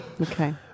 Okay